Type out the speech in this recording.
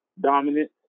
dominant